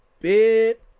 bit